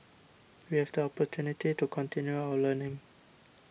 we have the opportunity to continue our learning